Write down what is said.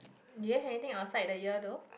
do you have anything outside the year though